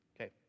Okay